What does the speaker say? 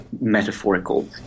metaphorical